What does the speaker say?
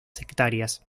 hectáreas